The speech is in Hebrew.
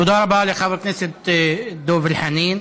תודה רבה לחבר הכנסת דב חנין.